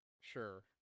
Sure